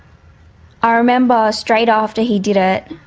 ah remember straight after he did it